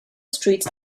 streets